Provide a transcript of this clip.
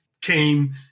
came